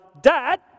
Dad